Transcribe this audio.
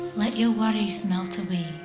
let your worries melt away